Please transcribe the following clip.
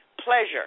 pleasure